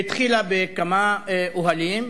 שהתחילה בכמה אוהלים,